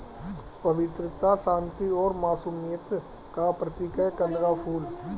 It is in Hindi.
पवित्रता, शांति और मासूमियत का प्रतीक है कंद का फूल